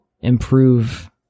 improve